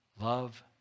Love